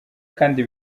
kandi